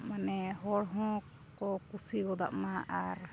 ᱢᱟᱱᱮ ᱦᱚᱲ ᱦᱚᱸ ᱠᱚ ᱠᱩᱥᱤ ᱜᱚᱫᱚᱜ ᱢᱟ ᱟᱨ